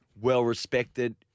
well-respected